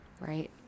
Right